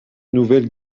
nouvelle